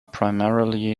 primarily